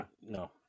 No